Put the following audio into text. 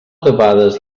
debades